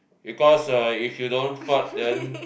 because uh if you don't fart then